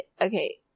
okay